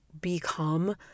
become